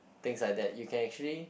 things like that you can actually